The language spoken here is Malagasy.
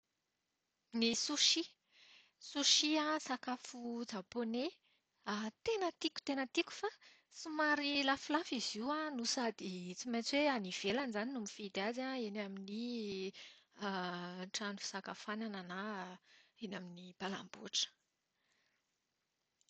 Ny sushi. Sushi sakafo japoney ary tena tiako tena tiako fa somary lafolafo izy io an no sady tsy maintsy hoe any ivelany izany no mividy azy an, eny amin'ny trano fisakafoanana na eny amin'ny mpanamboatra.